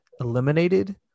eliminated